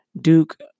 Duke